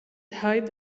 hide